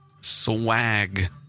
Swag